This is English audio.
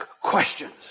questions